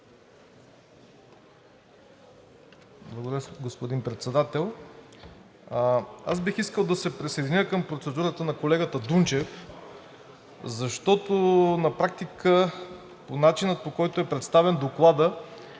Благодаря, господин Председател. Аз бих искал да се присъединя към процедурата на колегата Дунчев, защото на практика, по начина, по който е представен Докладът,